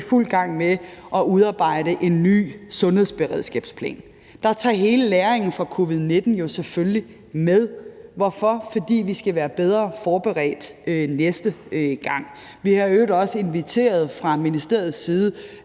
i fuld gang med at udarbejde en ny sundhedsberedskabsplan, der jo selvfølgelig tager hele læringen fra covid-19-pandemien med. Hvorfor? Fordi vi skal være bedre forberedt næste gang. Vi har i øvrigt også fra ministeriets side